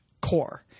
core